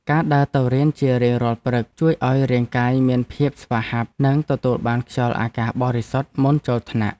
ការដើរទៅរៀនជារៀងរាល់ព្រឹកជួយឱ្យរាងកាយមានភាពស្វាហាប់ និងទទួលបានខ្យល់អាកាសបរិសុទ្ធមុនចូលថ្នាក់។